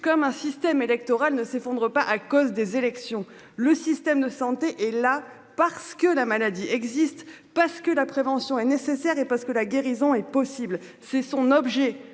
comme un système électoral ne s'effondre pas à cause des élections. Le système de santé et là, parce que la maladie existe parce que la prévention est nécessaire et parce que la guérison est possible c'est son objet,